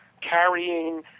carrying